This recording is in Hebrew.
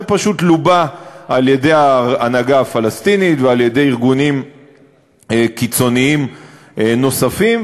זה פשוט לובה על-ידי ההנהגה הפלסטינית ועל-ידי ארגונים קיצוניים נוספים,